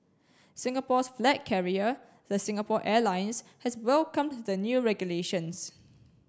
Singapore's flag carrier the Singapore Airlines has welcomed the new regulations